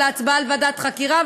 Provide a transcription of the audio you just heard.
אלא הצבעה על ועדת חקירה,